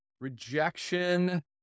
rejection